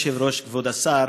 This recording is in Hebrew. אדוני היושב-ראש, כבוד השר,